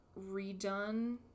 redone